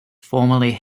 formerly